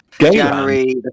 January